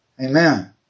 Amen